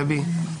דבי,